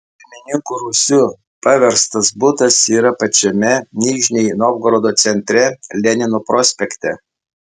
šeimininko rūsiu paverstas butas yra pačiame nižnij novgorodo centre lenino prospekte